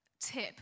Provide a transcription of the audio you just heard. tip